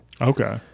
okay